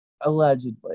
allegedly